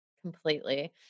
Completely